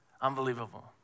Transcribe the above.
Unbelievable